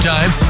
Time